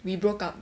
we broke up